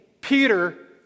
Peter